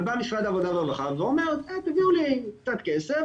אבל בא משרד העבודה והרווחה ואומר 'תביאו לי קצת כסף,